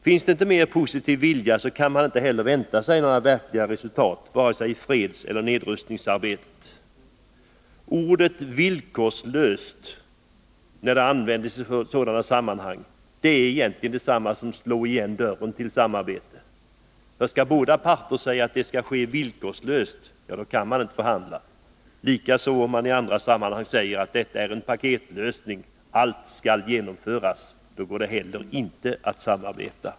Finns det inte mera positiv vilja, kan man inte heller vänta sig verkliga resultat vare sig i fredseller i nedrustningsarbetet. När man i dessa sammanhang använder ordet ”villkorslöst” innebär det egentligen att man slår igen dörren till samarbete. Om båda parter hävdar att det skall ske villkorslöst, då kan man inte förhandla. Detsamma gäller då mani andra sammanhang talar om en paketlösning, att allt skall genomföras. Då går det inte heller att samarbeta.